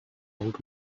old